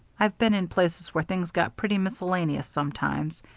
i've been in places where things got pretty miscellaneous sometimes,